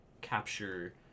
capture